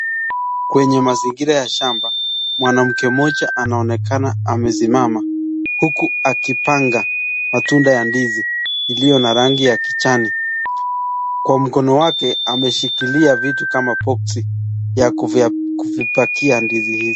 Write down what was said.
Kwenye mazingira ya shamba mwanamke moja anaonekana amisimama huku akipanga matunda ya ndizi iliyo na rangi kijani kwa mkono wake ameshikilia vitu kama box ya kupakia ndizi kama hizo.